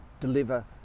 deliver